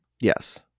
Yes